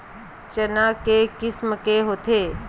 चना के किसम के होथे?